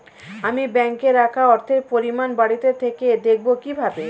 আমি ব্যাঙ্কে রাখা অর্থের পরিমাণ বাড়িতে থেকে দেখব কীভাবে?